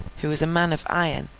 who was a man of iron,